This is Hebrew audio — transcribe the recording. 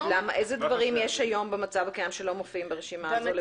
איזה דברים יש במצב הקיים שלא מופיעים ברשימה הזאת?